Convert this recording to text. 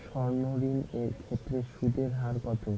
সর্ণ ঋণ এর ক্ষেত্রে সুদ এর হার কত?